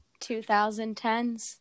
2010s